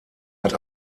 hat